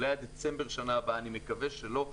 אולי עד דצמבר שנה הבאה אני מקווה שלא,